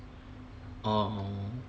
orh